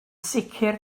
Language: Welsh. sicr